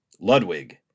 Ludwig